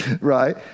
right